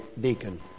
deacon